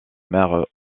mère